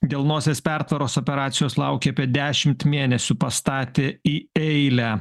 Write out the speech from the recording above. dėl nosies pertvaros operacijos laukė apie dešimt mėnesių pastatė į eilę